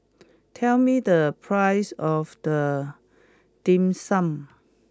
tell me the price of the Dim Sum